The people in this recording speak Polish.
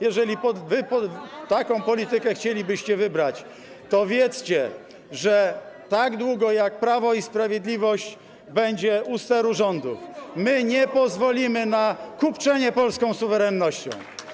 Jeżeli taką politykę chcielibyście wybrać, to wiedzcie, że tak długo jak Prawo i Sprawiedliwość będzie u steru rządów, my nie pozwolimy na kupczenie polską suwerennością.